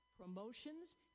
promotions